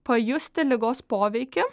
pajusti ligos poveikį